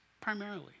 Primarily